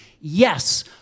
Yes